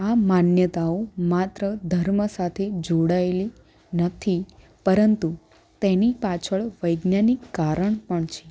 આ માન્યતાઓ માત્ર ધર્મ સાથે જોળાયેલી નથી પરંતુ તેની પાછળ વૈજ્ઞાનિક કારણ પણ છે